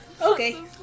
Okay